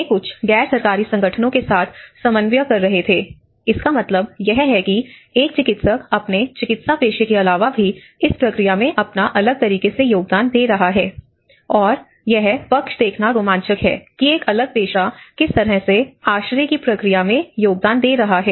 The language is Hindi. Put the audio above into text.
वे कुछ गैर सरकारी संगठनों के साथ समन्वय कर रहे थे इसका मतलब यह है कि एक चिकित्सक अपने चिकित्सा पेशे के अलावा भी इस प्रक्रिया में अपना अलग तरीके से योगदान दे रहा है और यह पक्ष देखना रोमांचक है कि एक अलग पेशा किस तरह से आश्रय की प्रक्रिया में योगदान दे रहा है